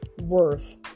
worth